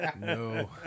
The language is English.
No